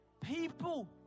People